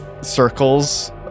circles